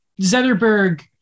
Zetterberg